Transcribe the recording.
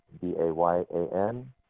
B-A-Y-A-N